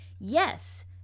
yes